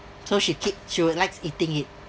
so she keep she would likes eating it